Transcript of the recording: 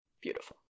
Beautiful